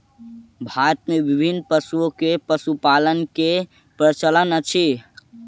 भारत मे विभिन्न पशु के पशुपालन के प्रचलन अछि